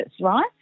right